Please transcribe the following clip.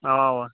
اوا اوا